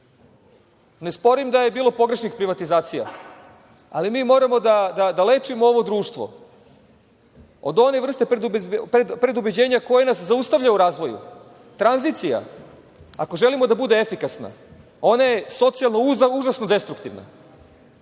Ne sporim da je bilo pogrešnih privatizacija, ali mi moramo da lečimo ovo društvo od one vrste predubeđenja koje nas zaustavlja u razvoju. Tranzicija, ako želimo da bude efikasna, ona je socijalno užasno destruktivna,